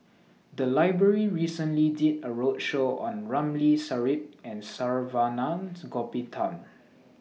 The Library recently did A roadshow on Ramli Sarip and Saravanan Gopinathan